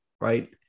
right